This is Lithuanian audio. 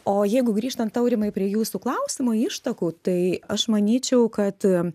o jeigu grįžtant aurimai prie jūsų klausimo ištakų tai aš manyčiau kad